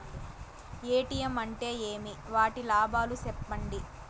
ATM అంటే ఏమి? వాటి లాభాలు సెప్పండి